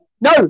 No